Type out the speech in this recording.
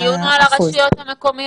הדיון הוא על הרשויות המקומיות.